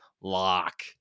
lock